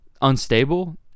unstable